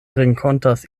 renkontas